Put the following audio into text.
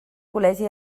col·legi